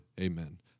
Amen